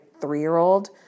three-year-old